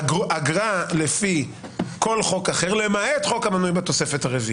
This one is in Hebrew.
אגרה לפי כל חוק אחר למעט חוק המנוי בתוספת הרביעית.